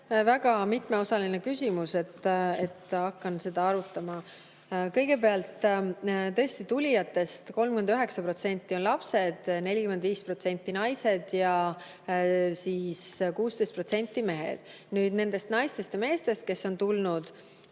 Väga mitmeosaline küsimus, hakkan seda harutama. Kõigepealt, tõesti on tulijatest 39% lapsed, 45% naised ja 16% mehed. Nendest naistest ja meestest, kes on tulnud,